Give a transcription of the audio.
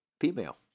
female